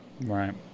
Right